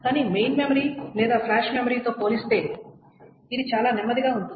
కానీ main memory లేదా flash మెమరీతో పోలిస్తే ఇది చాలా నెమ్మదిగా ఉంటుంది